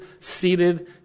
seated